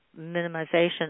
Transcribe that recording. minimization